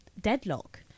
deadlock